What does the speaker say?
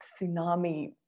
tsunami